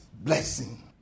blessing